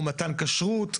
או מתן כשרות,